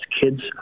kids